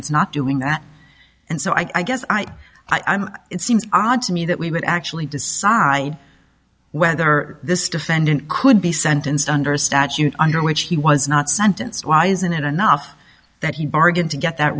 it's not doing that and so i guess i i mean it seems odd to me that we would actually decide whether this defendant could be sentenced under statute under which he was not sentenced why isn't it enough that he bargained to get that